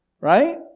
right